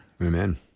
Amen